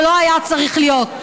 זה לא היה צריך להיות,